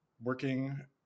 working